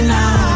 now